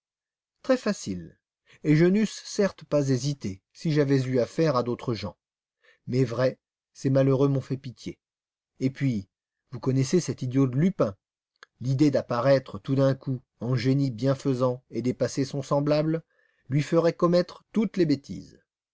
très facile et je n'eusse certes pas hésité si j'avais eu affaire à d'autres gens mais vrai ces malheureux m'ont fait pitié et puis vous connaissez cet idiot de lupin l'idée d'apparaître tout d'un coup en génie bienfaisant et d'épater son semblable lui ferait commettre toutes les bêtises